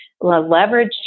leverage